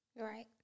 Right